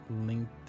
Linked